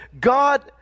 God